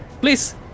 please